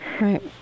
right